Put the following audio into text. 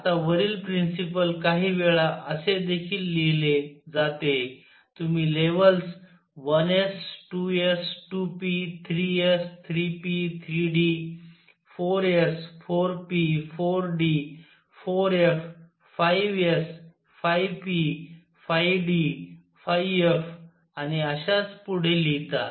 आता वरील प्रिंसिपल काही वेळा असे देखील लिहिले जाते तुम्ही levels 1 s 2 s 2 p 3 s 3 p 3 d 4 s 4 p 4 d 4 f 5 s 5 p 5 d 5 f आणि अश्याच पुढे लिहीता